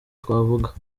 twavuga